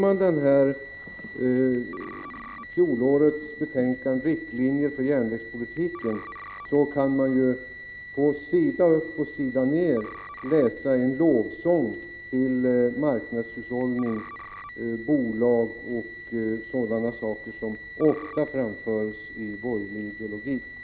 Om man läser fjolårets betänkande Riktlinjer för järnvägspolitiken, finner man att sida upp och sida ned är en lovsång till marknadshushållningen, bolagsbildningen och andra saker som ofta framförs i borgerlig ideologi.